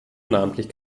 namentlich